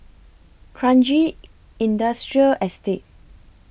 Kranji Industrial Estate